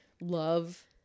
love